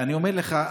אני אומר לך,